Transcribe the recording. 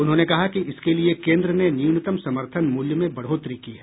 उन्होंने कहा कि इसके लिए केन्द्र ने न्यूनतम समर्थन मूल्य में बढ़ोतरी की है